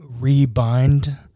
rebind